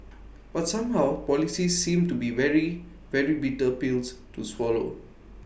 but somehow policies seem to be very very bitter pills to swallow